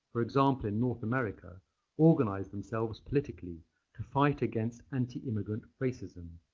for example, in north america organised themselves politically to fight against anti-immigrant racism.